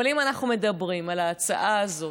אבל אם אנחנו מדברים על ההצעה הזאת,